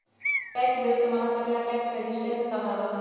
tax देवे से मना करे ला टैक्स रेजिस्टेंस कहलाबा हई